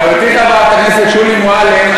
חברתי חברת הכנסת שולי מועלם,